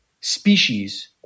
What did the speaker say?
species